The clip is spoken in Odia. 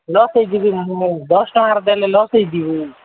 ଲସ୍ ହୋଇଯିବି ମୁଁ ଦଶ ଟଙ୍କାରେ ଦେଲେ ଲସ୍ ହୋଇଯିବି